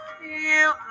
feel